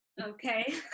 okay